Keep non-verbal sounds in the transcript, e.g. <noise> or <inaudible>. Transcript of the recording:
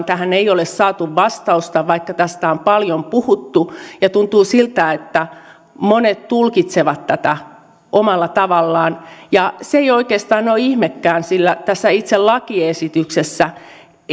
<unintelligible> tähän ei ole saatu vastausta vaikka tästä on paljon puhuttu ja tuntuu siltä että monet tulkitsevat tätä omalla tavallaan se ei oikeastaan ole ihmekään sillä tässä itse lakiesityksessä